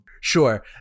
Sure